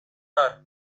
dark